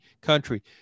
country